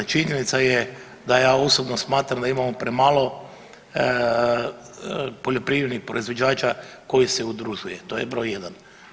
Pa istina, činjenica je da ja osobno smatram da imamo premalo poljoprivrednih proizvođača koji se udružuje, to je broj jedna.